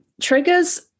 triggers